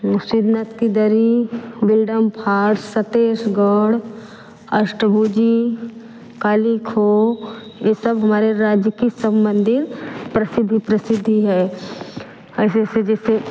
सिद्धनाथ की दरी Windham fall Chhattisgarh Ashtabhuji Kali Khoh ये सब हमारे राज्य की सब मंदिर प्रसिद्ध प्रसिद्ध ही है ऐसे ऐसे जैसे